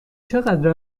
چقدر